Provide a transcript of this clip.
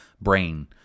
brain